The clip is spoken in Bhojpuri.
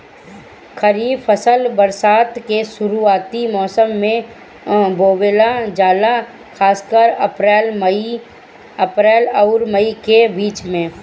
खरीफ फसल बरसात के शुरूआती मौसम में बोवल जाला खासकर अप्रैल आउर मई के बीच में